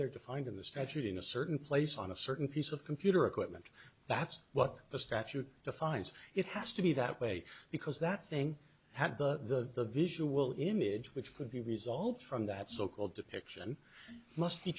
they're defined in the statute in a certain place on a certain piece of computer equipment that's what the statute defines it has to be that way because that thing had the visual image which could be resolved from that so called depiction must be